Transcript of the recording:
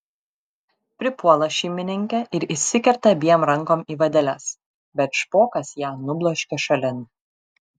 pripuola šeimininkė ir įsikerta abiem rankom į vadeles bet špokas ją nubloškia šalin